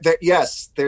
yes